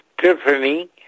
Tiffany